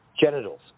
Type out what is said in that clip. genitals